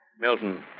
Milton